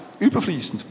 überfließend